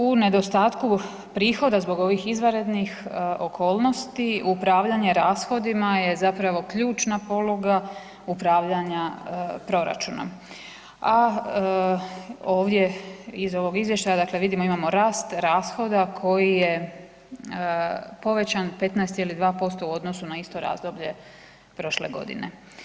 U nedostatku prihoda zbog ovih izvanrednih okolnosti, upravljanje rashodima je zapravo ključna poluga upravljanja proračunom a ovdje iz ovog izvještaja, dakle vidimo, imamo rast rashoda koji je povećan 15,2% u odnosu na isto razdoblje prošle godine.